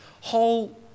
whole